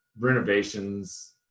renovations